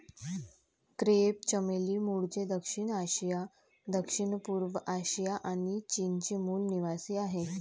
crepe चमेली मूळचे दक्षिण आशिया, दक्षिणपूर्व आशिया आणि चीनचे मूल निवासीआहे